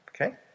okay